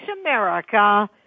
America